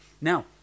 Now